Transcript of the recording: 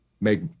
make